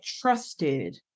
trusted